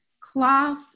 cloth